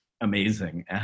amazing